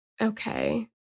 okay